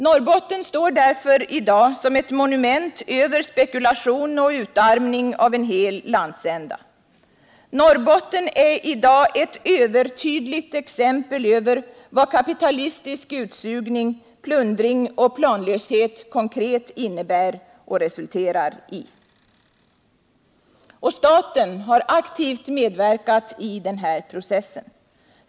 Norrbotten står därför nu som ett monument över spekulation och utarmning av en hel landsända. Norrbotten är i dag ett övertydligt exempel på vad kapitalistisk utsugning, plundring och planlöshet konkret innebär och resulterar i. Staten har aktivt medverkat i denna process.